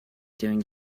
doing